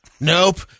Nope